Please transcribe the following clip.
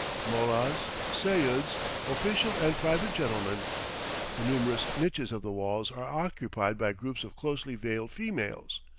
mollahs, seyuds, official and private gentlemen the numerous niches of the walls are occupied by groups of closely veiled females.